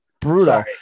Brutal